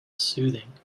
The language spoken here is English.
soothing